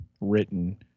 written